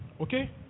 Okay